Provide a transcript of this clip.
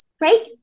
right